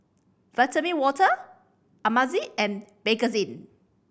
Vitamin Water Ameltz and Bakerzin